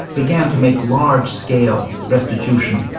began to make large-scale restitution,